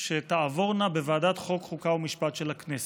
שתעבורנה בוועדת החוקה, חוק ומשפט של הכנסת.